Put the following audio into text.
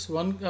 one